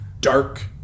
dark